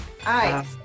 Hi